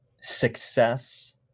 success